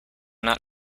not